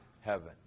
heaven